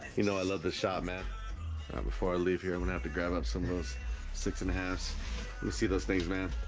you know, i love this shop man before i leave here. i'm gonna have to grab up some of those six-and-a-half you'll see those things man